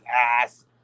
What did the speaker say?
ass